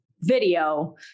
video